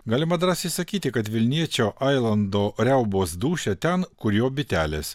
galima drąsiai sakyti kad vilniečio ailando riaubos dūšia ten kur jo bitelės